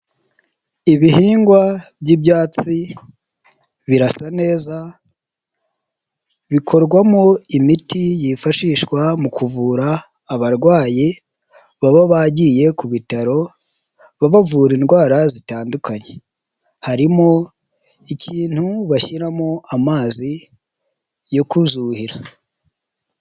Ibihingwa by'ibyatsi birasa neza bikorwamo imiti yifashishwa mu kuvura abarwayi baba bagiye ku bitaro babavura indwara zitandukanye, harimo ikintu bashyiramo amazi yo kuzuhira.